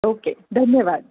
okay धन्यवाद